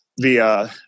via